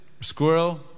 squirrel